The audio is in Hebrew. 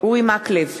אורי מקלב,